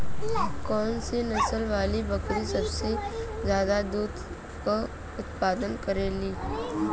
कौन से नसल वाली बकरी सबसे ज्यादा दूध क उतपादन करेली?